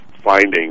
finding